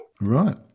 Right